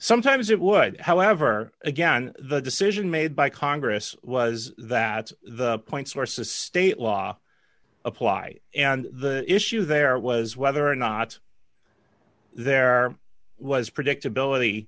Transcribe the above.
sometimes it would however again the decision made by congress was that the point sources state law apply and the issue there was whether or not there was